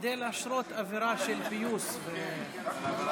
כדי להשרות אווירה של פיוס והסכמות.